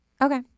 Okay